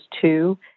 two